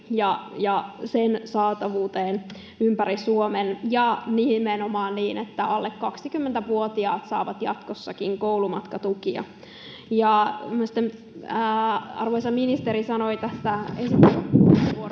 ja sen saatavuuteen ympäri Suomen ja nimenomaan niin, että alle 20-vuotiaat saavat jatkossakin koulumatkatukia. Arvoisa ministeri sanoi tässä